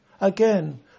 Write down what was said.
Again